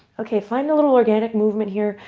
okay. find a little organic movement here.